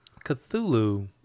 Cthulhu